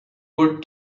word